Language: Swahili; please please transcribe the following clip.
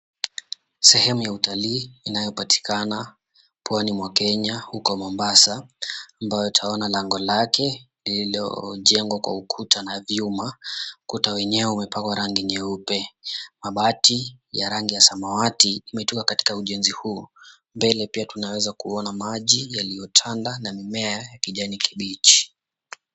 Sehemu ya utalii inayopatikana pwani mwa Kenya, huko Mombasa, ambayo twaona lango lake lililojengwa kwa ukuta na vyuma. Ukuta wenyewe umepakwa rangi nyeupe, mabati ya rangi ya samawati imetiwa katika ujenzi huu. Mbele pia tunaweza kuona maji yaliyotanda na mimea ya kijani kibichi.